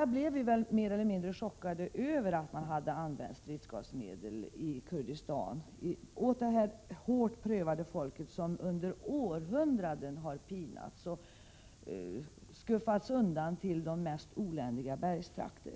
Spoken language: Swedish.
Vi blev väl alla mer eller mindre chockade över att man använt stridsgas i Kurdistan, vars hårt prövade invånare i århundraden har pinats och skuffats undan till de mest oländiga bergstrakter.